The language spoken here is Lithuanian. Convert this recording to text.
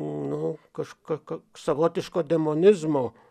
nu kaž ka k savotiško demonizmo